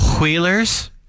Wheelers